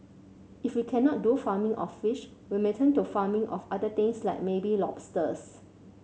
if we cannot do farming of fish we may turn to farming of other things like maybe lobsters